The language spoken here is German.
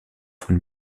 von